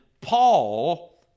Paul